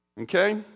Okay